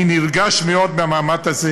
אני נרגש מאוד מהמעמד הזה.